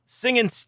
singing